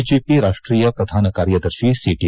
BJP ರಾಷ್ಷೀಯ ಪ್ರಧಾನ ಕಾರ್ಯದರ್ಶಿ ಸಿಟಿ